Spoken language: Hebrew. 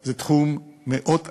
זה תחום מאוד עדין,